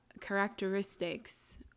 characteristics